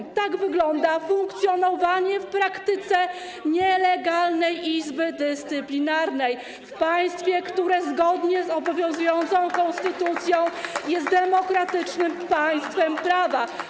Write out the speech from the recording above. Tak w praktyce wygląda funkcjonowanie nielegalnej Izby Dyscyplinarnej w państwie, które zgodnie z obowiązującą konstytucją jest demokratycznym państwem prawa.